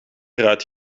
eruit